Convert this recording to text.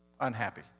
Unhappy